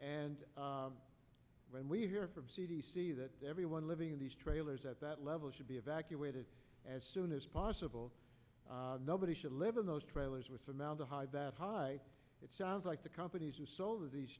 and when we hear from c d c that everyone living in these trailers at that level should be evacuated as soon as possible nobody should live in those trailers with them out the high that high it sounds like the companies who sold of these